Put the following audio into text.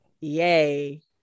Yay